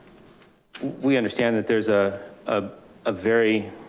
we understand that there's a ah ah very,